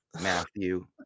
Matthew